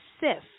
sift